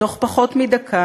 / תוך פחות מדקה,